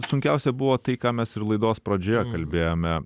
sunkiausia buvo tai ką mes ir laidos pradžioje kalbėjome